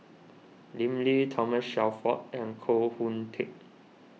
Lim Lee Thomas Shelford and Koh Hoon Teck